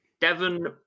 Devon